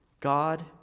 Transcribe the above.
God